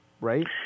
right